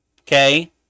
okay